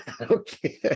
Okay